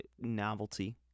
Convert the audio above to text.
novelty